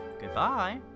Goodbye